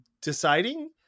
deciding